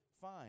fine